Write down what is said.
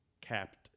capped